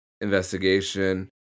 investigation